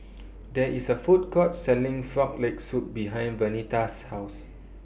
There IS A Food Court Selling Frog Leg Soup behind Vernita's House